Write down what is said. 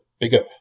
bigger